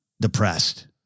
depressed